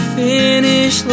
finish